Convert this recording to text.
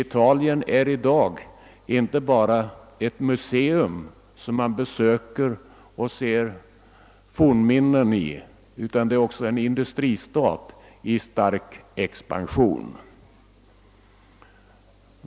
Italien är i dag inte bara ett museum med fornminnen utan också en industristat i stark expansion.